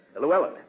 Llewellyn